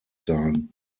sein